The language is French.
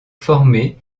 former